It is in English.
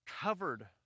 covered